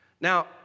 Now